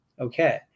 Okay